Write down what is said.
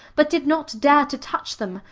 but did not dare to touch them,